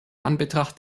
anbetracht